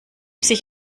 sich